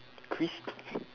Crystal